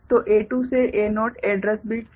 तो A2 से A0 address bits हैं